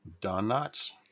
Donuts